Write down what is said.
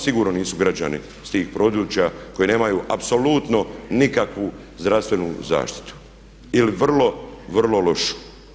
Sigurno nisu građani s tih područja koji nemaju apsolutno nikakvu zdravstvenu zaštitu ili vrlo, vrlo lošu.